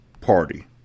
party